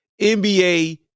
NBA